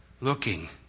looking